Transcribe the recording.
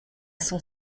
son